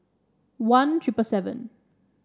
one Triple seven